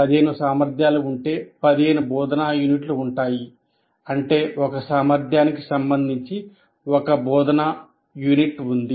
15 సామర్థ్యాలు ఉంటే 15 బోధనా యూనిట్లు ఉంటాయి అంటే ఒక సామర్థ్యానికి సంబంధించి ఒక బోధనా యూనిట్ ఉంది